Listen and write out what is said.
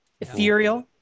ethereal